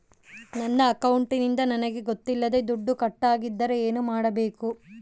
ನನ್ನ ಅಕೌಂಟಿಂದ ನನಗೆ ಗೊತ್ತಿಲ್ಲದೆ ದುಡ್ಡು ಕಟ್ಟಾಗಿದ್ದರೆ ಏನು ಮಾಡಬೇಕು?